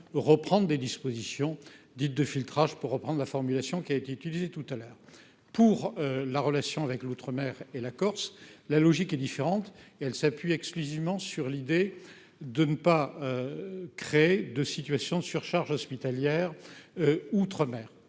reprend des dispositions dites de filtrage pour reprendre la formulation qui a été utilisé tout à l'heure pour la relation avec l'outre-mer et la Corse, la logique est différente et elle s'appuie exclusivement sur l'idée de ne pas créer de situations surcharge hospitalière outre-mer